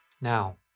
now